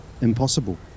impossible